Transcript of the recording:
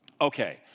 Okay